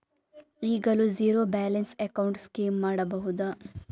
ಈಗಲೂ zero balance account scheme ಮಾಡಬಹುದಾ?